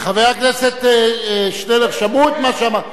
חבר הכנסת שנלר, שמעו את מה שאמרת.